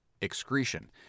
excretion